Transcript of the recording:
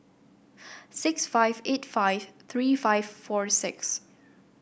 six five eight five three five four six